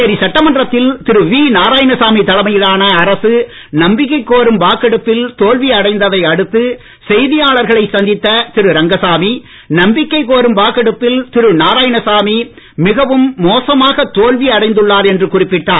புதுச்சேரி சட்டமன்றத்தில் திரு வி நாராயணசாமி தலைமையிலான அரசு நம்பிக்கை கோரும் வாக்கெடுப்பில் தோல்வி அடைந்ததை அடுத்து செய்தியாளர்களைச் சந்தித்த திரு ரங்கசாமி நம்பிக்கை கோரும் வாக்கெடுப்பில் திரு நாராயணசாமி மிகவும் மோசமாக தோல்வி அடைந்துள்ளார் என்று குறிப்பிட்டார்